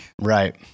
Right